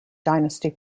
dynasty